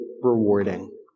rewarding